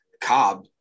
Cobb